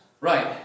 right